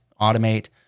automate